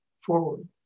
forward